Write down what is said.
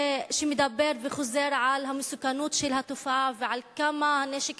מדבר וחוזר על המסוכנות של התופעה ועל כמה הנשק